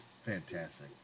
fantastic